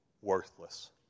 worthless